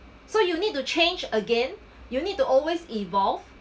so you need to change again you need to always evolve